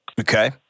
Okay